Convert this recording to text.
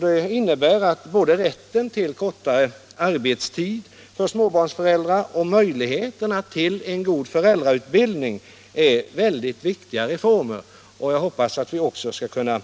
Det innebär att både rätten till kortare arbetstid för småbarnsföräldrar och möjligheterna till en god föräldrautbildning är viktiga reformer, och jag hoppas att vi också skall kunna